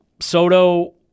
Soto